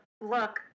look